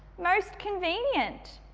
most convenient.